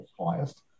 highest